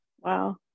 Wow